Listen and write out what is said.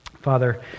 Father